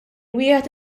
wieħed